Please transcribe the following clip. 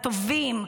הטובים,